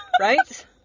right